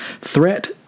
threat